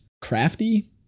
crafty